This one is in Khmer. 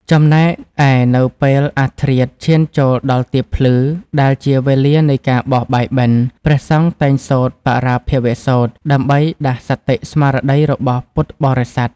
ចំណែកឯនៅពេលអធ្រាត្រឈានចូលដល់ទៀបភ្លឺ ដែលជាវេលានៃការបោះបាយបិណ្ឌ ព្រះសង្ឃតែងសូត្រ បរាភវសូត្រ ដើម្បីដាស់សតិស្មារតីរបស់ពុទ្ធបរិស័ទ។